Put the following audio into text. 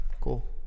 Cool